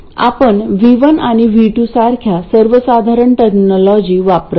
आपण V1 आणि V2 सारख्या सर्वसाधारण टर्मिनोलॉजी वापरत नाही